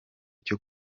cyo